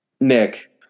Nick